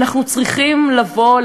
אנחנו צריכים לבוא,